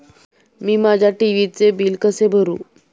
मी माझ्या टी.व्ही चे बिल कसे भरू?